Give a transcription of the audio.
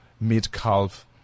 mid-calf